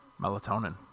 melatonin